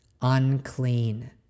unclean